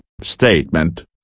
statement